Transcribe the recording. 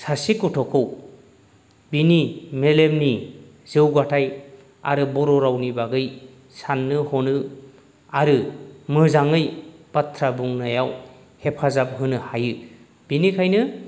सासे गथ'खौ बिनि मेलेमनि जौगाथाय आरो बर' रावनि बागै साननो हनो आरो मोजाङै बाथ्रा बुंनायाव हेफाजाब होनो हायो बेनिखायनो